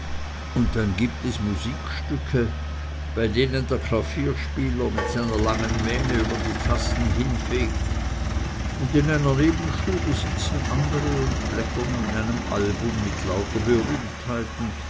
und dann gibt es musikstücke bei denen der klavierspieler mit seiner langen mähne über die tasten hinfegt und in einer nebenstube sitzen andere und blättern in einem album mit lauter berühmtheiten